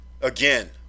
again